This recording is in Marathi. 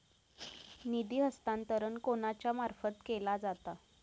निधी हस्तांतरण कोणाच्या मार्फत केला जाता?